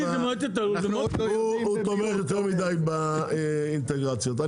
מדי באינטגרציות.